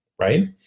Right